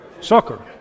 Soccer